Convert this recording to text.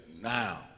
now